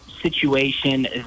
situation